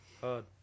Hard